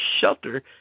shelter